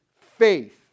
faith